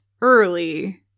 early